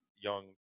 young